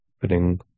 Putting